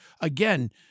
again